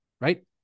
right